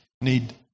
need